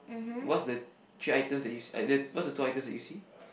what's the three items that you see I there what's the two items that you see